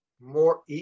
more